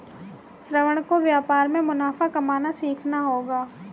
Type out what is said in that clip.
श्रवण को व्यापार में मुनाफा कमाना सीखना होगा